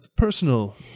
Personal